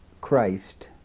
Christ